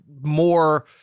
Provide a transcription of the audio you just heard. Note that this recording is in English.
more